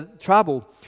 trouble